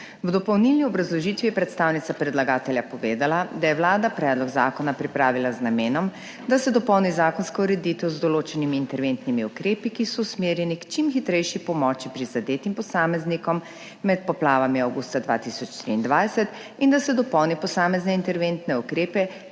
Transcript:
V dopolnilni obrazložitvi je predstavnica predlagatelja povedala, da je Vlada predlog zakona pripravila z namenom, da se dopolni zakonska ureditev z določenimi interventnimi ukrepi, ki so usmerjeni k čim hitrejši pomoči prizadetim posameznikom med poplavami avgusta 2023, in da se dopolni posamezne interventne ukrepe,